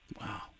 Wow